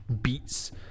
beats